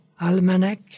almanac